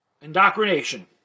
indoctrination